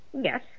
Yes